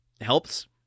helps